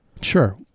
sure